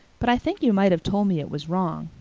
but i think you might have told me it was wrong.